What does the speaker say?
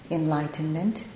enlightenment